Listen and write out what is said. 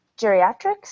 geriatrics